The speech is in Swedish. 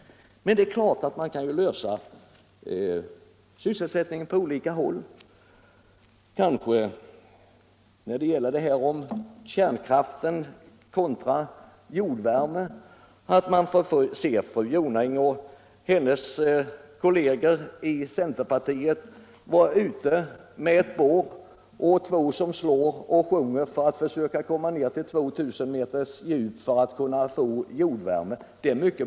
Men man kan lösa sysselsättningsfrågan på olika sätt. Det talas om kärnkraft kontra jordvärme. Kanske vi får se fru Jonäng och hennes kolleger i centerpartiet stå där med ett borr och slå på det och sjunga för att försöka komma ner till de 2000 meters djup som behövs för att man skall kunna få jordvärme.